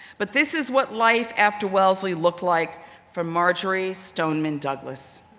but this is what life after wellesley looked like for marjory stoneman douglas.